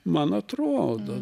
man atrodo